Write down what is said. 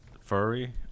Furry